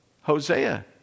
Hosea